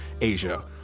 asia